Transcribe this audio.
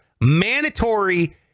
mandatory